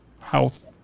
health